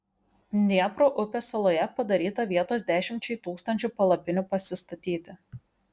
dniepro upės saloje padaryta vietos dešimčiai tūkstančių palapinių pasistatyti